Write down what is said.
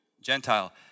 Gentile